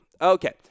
Okay